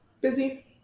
Busy